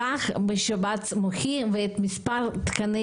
נשמח לשמוע אותך ואת ההתייחסות של משרד